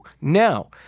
Now